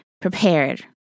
prepared